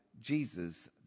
Jesus